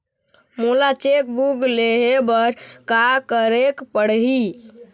मोला cheque book लेहे बर का केरेक पढ़ही?